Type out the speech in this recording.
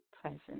present